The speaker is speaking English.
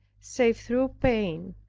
save through pain,